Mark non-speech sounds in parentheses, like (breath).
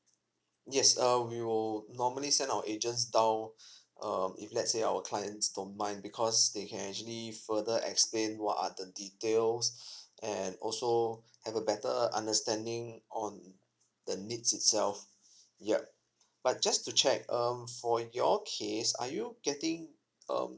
yes err we will normally send our agents down um if let's say our clients don't mind because they can actually further explain what are the details (breath) and also have a better understanding on the needs itself ya but just to check um for your case are you getting um